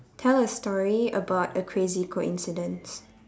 tell a story about a crazy coincidence